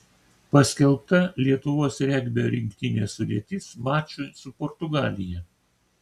paskelbta lietuvos regbio rinktinės sudėtis mačui su portugalija